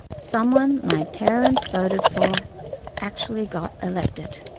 someone my parents voted for actually got elected.